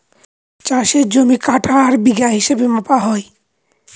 চাষের জমি কাঠা আর বিঘা হিসাবে মাপা হয়